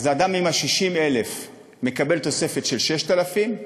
אדם עם 60,000 מקבל תוספת של 6,000,